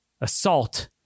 assault